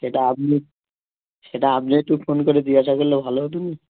সেটা আপনি সেটা আপনি একটু ফোন করে জিজ্ঞাসা করলে ভালো হতো না